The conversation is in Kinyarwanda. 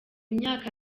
imyaka